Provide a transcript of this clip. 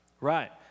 Right